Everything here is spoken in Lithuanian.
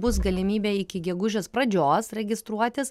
bus galimybė iki gegužės pradžios registruotis